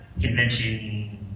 convention